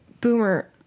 Boomer